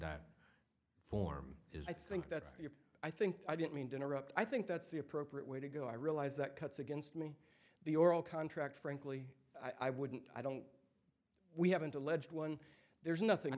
dime form is i think that's the i think i didn't mean to interrupt i think that's the appropriate way to go i realize that cuts against me the oral contract frankly i wouldn't i don't we haven't alleged one there's nothing